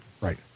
Right